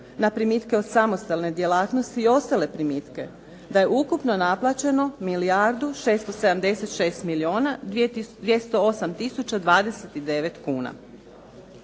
na primitke od samostalne djelatnosti i ostale primitke da je ukupno naplaćeno milijardu 676 milijuna 208 tisuća 29 kuna.